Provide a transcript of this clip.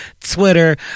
Twitter